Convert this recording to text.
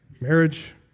marriage